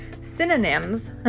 synonyms